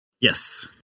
Yes